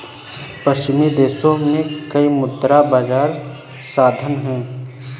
पश्चिमी देशों में कई मुद्रा बाजार साधन हैं